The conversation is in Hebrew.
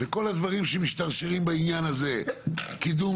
וכל הדברים שמשתרשרים בעניין הזה: קידום